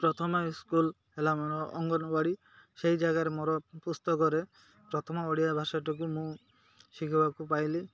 ପ୍ରଥମେ ସ୍କୁଲ୍ ହେଲା ମୋର ଅଙ୍ଗନବାଡ଼ି ସେଇ ଜାଗାରେ ମୋର ପୁସ୍ତକରେ ପ୍ରଥମ ଓଡ଼ିଆ ଭାଷାଟିକୁ ମୁଁ ଶିଖିବାକୁ ପାଇଲି